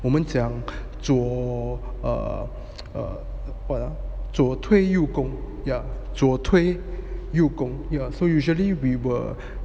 我们讲左 err err what ah 左推右攻 ya 左推右攻 ya so usually we were